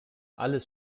alles